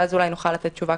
ואז נוכל לתת תשובה.